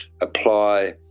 apply